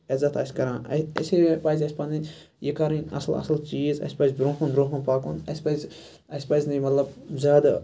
عٮ۪زَت آسہِ کَران اسلیے پَزِ اَسہِ پَنِنہِیہِ کَرٕنۍ اَصل اَصل چیٖز اَسہِ پَزِ برونٛہہ کُن برونٛہہ کُن پَکُن اَسہِ پَزِ اَسہِ پَزنہِ زیادٕ